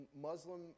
Muslim